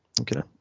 Okay